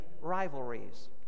rivalries